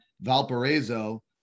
Valparaiso